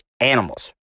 animals